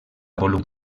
volum